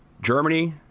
Germany